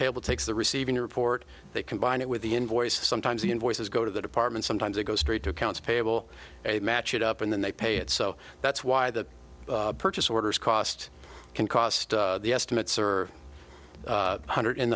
payable takes the receiving report they combine it with the invoice sometimes the invoices go to the department sometimes it goes straight to accounts payable a match it up and then they pay it so that's why the purchase orders cost can cost the estimates are one hundred